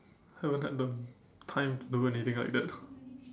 haven't had the time to do anything like that